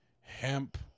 hemp